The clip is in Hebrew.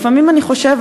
לפעמים אני חושבת,